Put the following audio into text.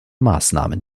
maßnahmen